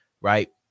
Right